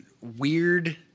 weird